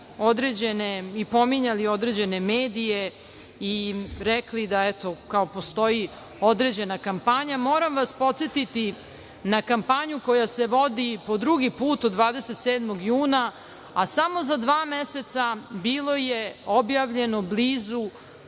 određene i pominjali određene medije i rekli da eto, postoji određena kampanja, moram vas podsetiti na kampanju koja se vodi po drugi put od 27. juna, a samo za dva meseca bilo je objavljeno blizu